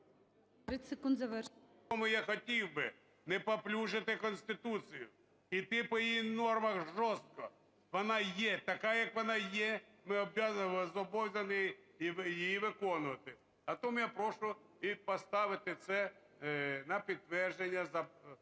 я хотів би, не паплюжити Конституцію, іти по її нормах жорстко, вона є така, як вона є, ми зобов'язані її виконувати. А тому я прошу поставити це на підтвердження,